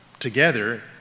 together